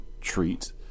treat